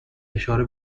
اشاره